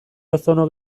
ozono